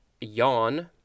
yawn